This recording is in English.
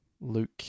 Luke